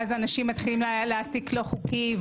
ואז אנשים מתחילים להעסיק לא חוקי,